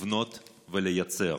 לבנות ולייצר,